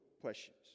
questions